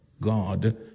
God